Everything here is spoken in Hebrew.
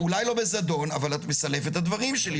אולי זה לא בזדון, אבל את מסלפת את הדברים שלי.